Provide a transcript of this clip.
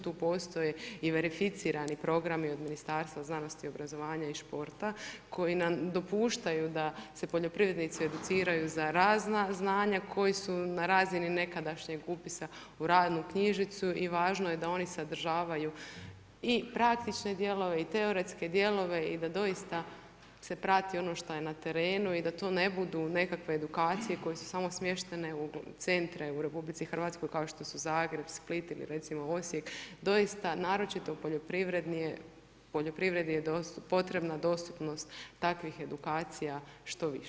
Tu postoje i verificirani programi od Ministarstva znanosti, obrazovanja i športa, koji nam dopuštaju da se poljoprivrednici educiraju za razna znanja koji su na razini nekadašnjih upisa u radnu knjižicu i važno je da oni sadržavaju i praktične dijelove i teoretske dijelove i da doista se prati ono šta je na terenu i da to ne budu nekakve edukcije koje su samo smještene u centre u RH kao što su Zagreb, Split ili recimo Osijek, doista naročito u poljoprivredi je potrebna dostupnost takvih edukacija što više.